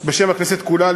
בשם הכנסת כולה,